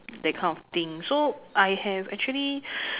that kind of thing so I have actually